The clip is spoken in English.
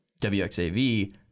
wxav